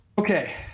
Okay